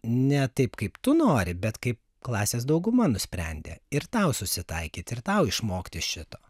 ne taip kaip tu nori bet kaip klasės dauguma nusprendė ir tau susitaikyt ir tau išmokti šito